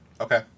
Okay